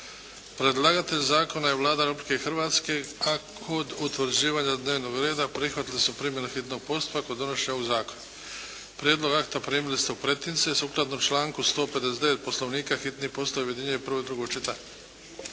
Predlagatelj zakona je Vlada Republike Hrvatske, a kod utvrđivanja dnevnog reda prihvatili smo primjenu hitnog postupka kod donošenja ovog zakona. Prijedlog akta primili ste u pretince. Sukladno članku 159. Poslovnika hitni postupak objedinjuje prvo i drugo čitanje